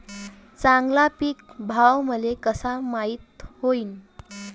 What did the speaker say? चांगला पीक भाव मले कसा माइत होईन?